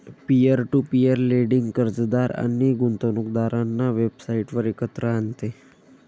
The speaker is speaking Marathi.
पीअर टू पीअर लेंडिंग कर्जदार आणि गुंतवणूकदारांना वेबसाइटवर एकत्र आणते